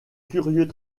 curieux